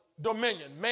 dominion